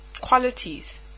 qualities